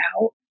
out